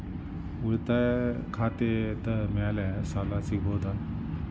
ಉಳಿತಾಯ ಖಾತೆದ ಮ್ಯಾಲೆ ಸಾಲ ಸಿಗಬಹುದಾ?